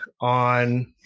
on